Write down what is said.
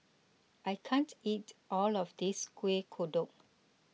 I can't eat all of this Kueh Kodok